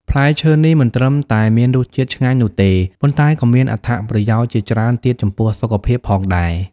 ផ្លែឈើនេះមិនត្រឹមតែមានរសជាតិឆ្ងាញ់នោះទេ ប៉ុន្តែក៏មានអត្ថប្រយោជន៍ជាច្រើនទៀតចំពោះសុខភាពផងដែរ។